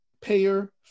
payer